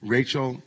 Rachel